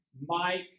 mike